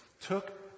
took